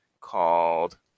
called